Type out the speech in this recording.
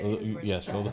yes